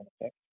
effect